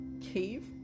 cave